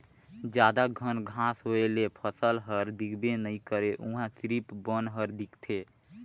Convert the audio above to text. जादा घन घांस होए ले फसल हर दिखबे नइ करे उहां सिरिफ बन हर दिखथे